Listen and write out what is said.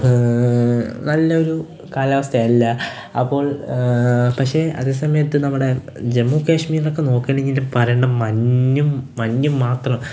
നല്ലൊരു കാലാവസ്ഥയല്ല അപ്പോൾ പക്ഷേ അതേ സമയത്ത് നമ്മുടെ ജമ്മു കാശ്മീരിലൊക്കെ നോക്കേണെങ്കില് പറയണ്ട മഞ്ഞും മഞ്ഞും മാത്രമാണ്